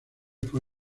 fue